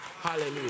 Hallelujah